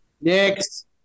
Next